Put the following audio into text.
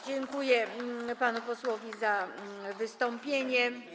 Dziękuję panu posłowi za wystąpienie.